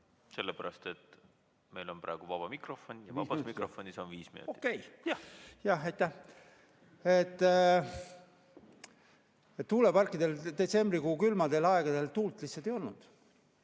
Sellepärast, et meil on praegu vaba mikrofon ja vabas mikrofonis on viis minutit. Okei. Jah. Aitäh! Tuuleparkidel detsembrikuu külmadel aegadel tuult lihtsalt ei olnud.